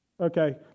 Okay